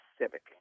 Civic